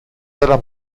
della